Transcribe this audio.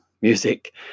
music